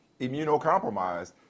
immunocompromised